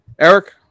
Eric